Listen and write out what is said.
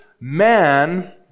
man